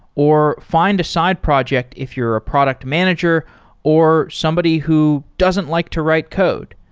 or find a side project if you're a product manager or somebody who doesn't like to write code.